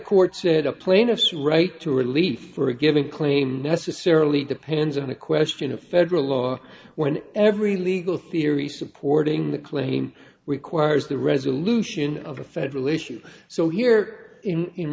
court said a plaintiff's right to relief for a given claim necessarily depends on a question of federal law when every legal theory supporting the claim requires the resolution of a federal issue so here in